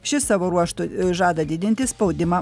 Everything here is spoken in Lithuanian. šis savo ruožtu žada didinti spaudimą